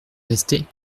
restait